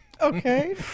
Okay